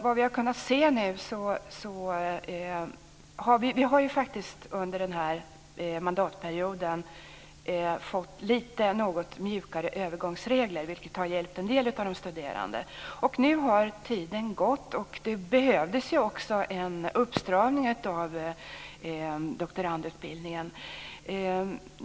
Vad vi nu har kunnat se har vi faktiskt under den här mandatperioden fått något mjukare övergångsregler. Det har hjälpt en del av de studerande. Nu har tiden gått, och det behövdes ju också en uppstramning av doktorandutbildningen.